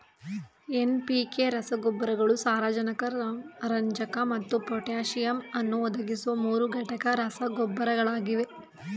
NPK ರಸಗೊಬ್ಬರಗಳು ಸಾರಜನಕ ರಂಜಕ ಮತ್ತು ಪೊಟ್ಯಾಸಿಯಮ್ ಅನ್ನು ಒದಗಿಸುವ ಮೂರುಘಟಕ ರಸಗೊಬ್ಬರಗಳಾಗಿವೆ